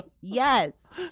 Yes